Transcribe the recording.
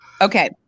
okay